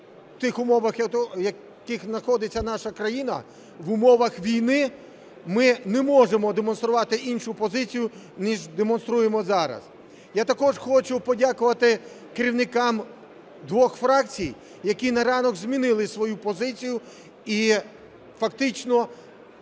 в тих умовах, в яких знаходиться наша країна, в умовах війни, ми не можемо демонструвати іншу позицію, ніж демонструємо зараз. Я також хочу подякувати керівникам двох фракцій, які на ранок змінили свою позицію і фактично